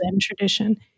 tradition